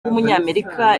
w’umunyamerika